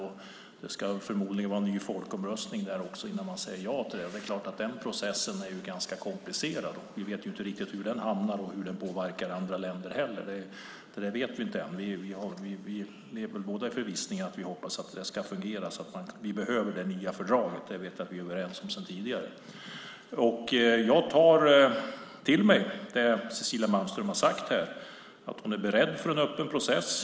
Förmodligen ska det också hållas en ny folkomröstning innan de säger ja till fördraget. Den processen är ganska komplicerad, och vi vet inte riktigt var den hamnar och hur den påverkar andra länder. Det vet vi inte ännu. Vi lever väl båda med förhoppningen att det ska fungera. Vi behöver det nya fördraget, och det vet jag att vi är överens om sedan tidigare. Jag tar till mig det som Cecilia Malmström har sagt, att hon är för en öppen process.